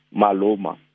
maloma